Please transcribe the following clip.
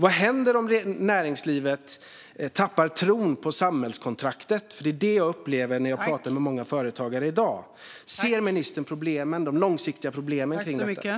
Vad händer om näringslivet tappar tron på samhällskontraktet? Det är nämligen det som jag upplever när jag pratar med många företagare i dag. Ser ministern de långsiktiga problemen med detta?